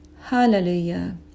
hallelujah